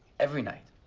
every night,